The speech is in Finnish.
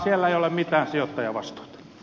siellä ei ole mitään työtä ja vass